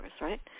right